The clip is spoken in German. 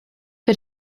für